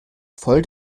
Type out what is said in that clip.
voll